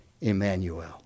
Emmanuel